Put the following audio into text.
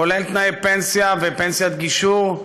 כולל תנאי פנסיה ופנסיית גישור.